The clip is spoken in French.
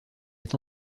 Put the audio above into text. est